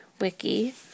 wiki